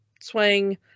swing